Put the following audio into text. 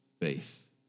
faith